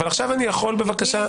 אני יכול, בבקשה?